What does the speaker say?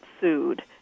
sued